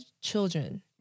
children